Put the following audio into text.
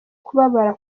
kubabara